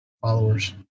followers